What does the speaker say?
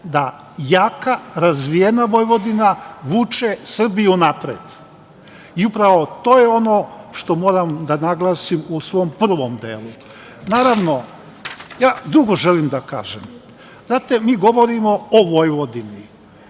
da jaka, razvijena Vojvodina vuče Srbiju napred. Upravo to je ono što moram da naglasim u svom prvom delu. Naravno, ja drugo želim da kažem. Znate, mi govorimo o Vojvodini.